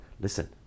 listen